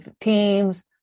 teams